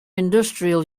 industrial